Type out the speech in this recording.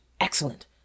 Excellent